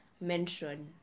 mention